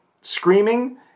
screaming